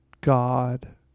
God